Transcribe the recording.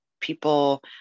people